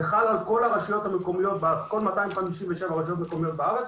שחל על כל 257 הרשויות המקומיות בארץ,